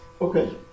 Okay